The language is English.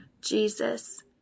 Jesus